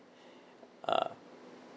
uh